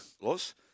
Los